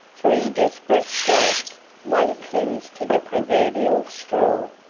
for in desperate straits one clings to the proverbial straw,